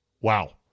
Wow